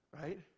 Right